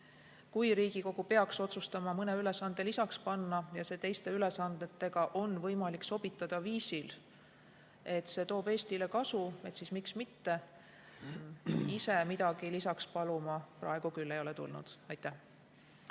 Kui Riigikogu peaks otsustama mõne ülesande lisaks panna ja seda on teiste ülesannetega võimalik sobitada sellisel viisil, et see toob Eestile kasu, siis miks mitte. Ise midagi lisaks paluma ma praegu küll ei ole tulnud. Riho